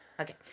Okay